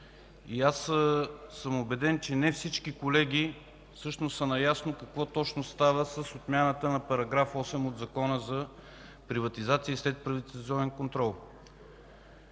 съм, че не всички колеги са наясно какво точно става с отмяната на § 8 от Закона за приватизация и следприватизационен контрол.